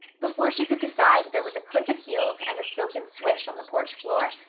before she could decide there was a click of heels and a silken swish on the porch floor,